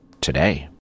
Today